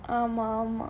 ஆமா ஆமா:aamaa aamaa